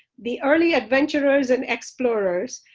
the early adventurers and explorers,